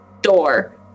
door